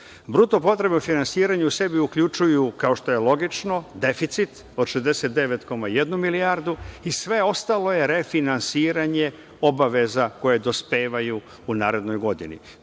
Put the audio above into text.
Bruto potrebe u finansiranju u sebi uključuju, kao što je logično, deficit od 69,1 milijardu i sve ostalo je refinansiranje obaveza koje dospevaju u narednoj godini.